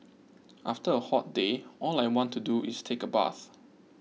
after a hot day all I want to do is take a bath